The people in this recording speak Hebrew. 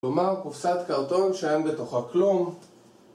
כלומר קופסת קרטון שאין בתוכה כלום